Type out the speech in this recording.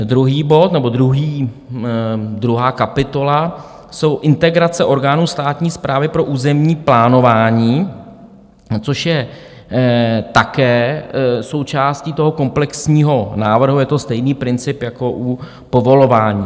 Druhý bod nebo druhá kapitola jsou integrace orgánů státní správy pro územní plánování, což je také součástí komplexního návrhu, je to stejný princip jako u povolování.